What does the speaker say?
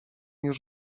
już